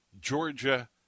Georgia